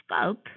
scope